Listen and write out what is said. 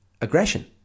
aggression